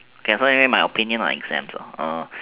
k so anyway my opinion on exams ah